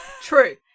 True